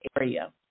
area